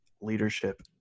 leadership